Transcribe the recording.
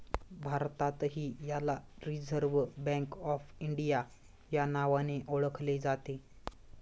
भारतातही याला Reserve Bank of India या नावाने ओळखले जाते